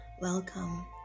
welcome